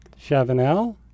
Chavanel